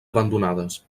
abandonades